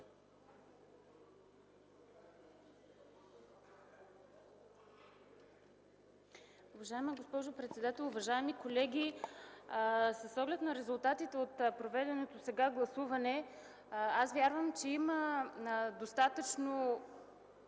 Уважаема госпожо председател, уважаеми колеги, с оглед на резултатите от проведеното сега гласуване, аз вярвам, че има достатъчно